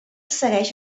segueix